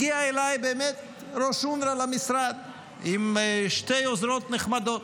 באמת הגיע אליי ראש אונר"א למשרד עם שתי עוזרות נחמדות,